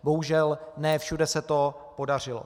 Bohužel ne všude se to podařilo.